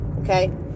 okay